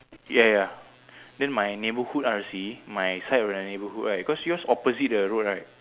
ya ya than my neighbourhood R_C my side of the neighbourhood right cause just opposite the road right